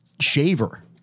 Shaver